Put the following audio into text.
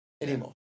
anymore